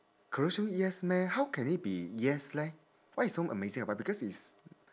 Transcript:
colosseum yes meh how can it be yes leh what is so amazing about because it's